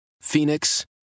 Phoenix